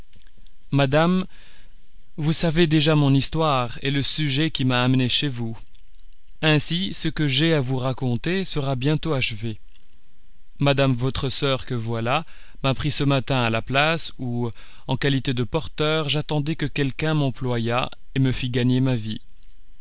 madame vous savez déjà mon histoire et le sujet qui m'a amené chez vous ainsi ce que j'ai à vous raconter sera bientôt achevé madame votre soeur que voilà m'a pris ce matin à la place où en qualité de porteur j'attendais que quelqu'un m'employât et me fît gagner ma vie